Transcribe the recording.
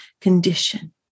condition